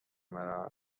مرا